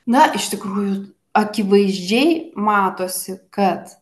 na iš tikrųjų akivaizdžiai matosi kad